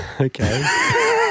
Okay